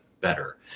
Better